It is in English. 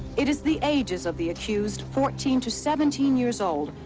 it is the ages of the accused, fourteen to seventeen years old,